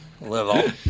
little